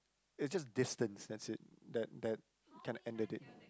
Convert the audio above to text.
it's just distance that's it that that kinda ended it